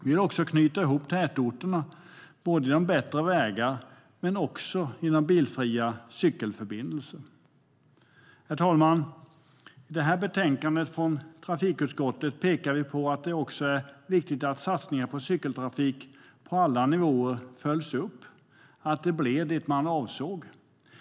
Vi vill också knyta ihop tätorter både genom bättre vägar och genom bilfria cykelförbindelser. Herr talman! I detta betänkande från trafikutskottet pekar vi på att det också är viktigt att satsningarna på cykeltrafik på alla nivåer följs upp - att det blir vad man avsåg.